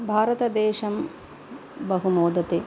भारतदेशं बहु मोदते